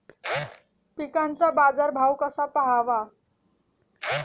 पिकांचा बाजार भाव कसा पहावा?